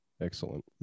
excellent